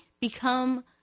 become